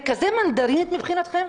זה כזה מנדרינית מבחינתכם?